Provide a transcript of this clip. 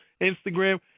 Instagram